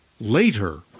Later